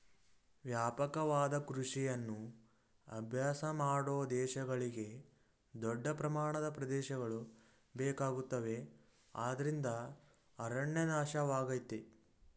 ವ್ಯಾಪಕವಾದ ಕೃಷಿಯನ್ನು ಅಭ್ಯಾಸ ಮಾಡೋ ದೇಶಗಳಿಗೆ ದೊಡ್ಡ ಪ್ರಮಾಣದ ಪ್ರದೇಶಗಳು ಬೇಕಾಗುತ್ತವೆ ಅದ್ರಿಂದ ಅರಣ್ಯ ನಾಶವಾಗಯ್ತೆ